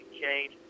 change